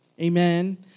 Amen